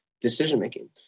decision-making